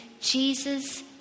Jesus